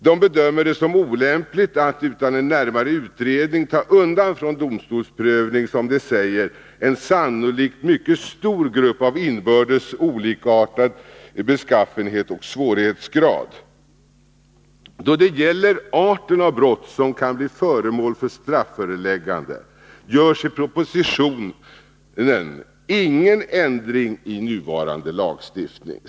Vi bedömer det som olämpligt att utan en närmare utredning ta undan från domstolsprövning, som de säger, en sannolikt mycket stor grupp brott av inbördes olikartad beskaffenhet och svårighetsgrad. Då det gäller arten av brott som kan bli föremål för strafföreläggande görs i propositionen ingen ändring i nuvarande lagstiftning.